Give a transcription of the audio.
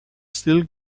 still